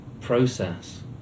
process